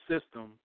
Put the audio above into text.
system